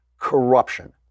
Corruption